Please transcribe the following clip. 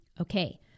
Okay